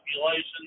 population